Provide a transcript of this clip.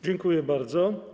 Dziękuję bardzo.